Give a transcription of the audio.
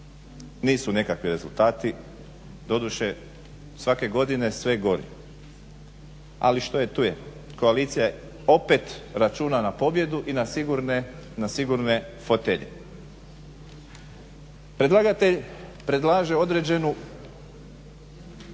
nisu nekakvi rezultati. Doduše svake godine sve je gore, ali što je tu je, koalicija opet računa na pobjedu i na sigurne fotelje. Predlagatelj predlaže određenu